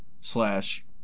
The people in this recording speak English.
slash